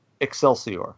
Excelsior